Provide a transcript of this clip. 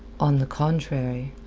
on the contrary.